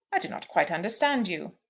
i do not quite understand you.